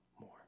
more